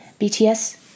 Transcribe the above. BTS